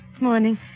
Morning